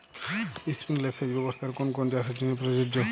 Sprinkler সেচ ব্যবস্থার কোন কোন চাষের জন্য প্রযোজ্য?